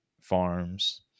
farms